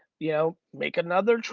you know make another.